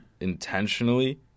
intentionally